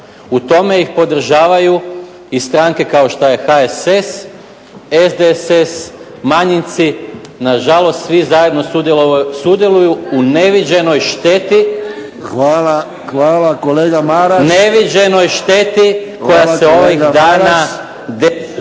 u tome ih podržavaju i stranke kao što je HSS, SDSS, manjinci, na žalost svi zajedno sudjeluju u neviđenoj šteti. **Friščić,